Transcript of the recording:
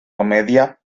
comedia